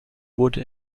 wurde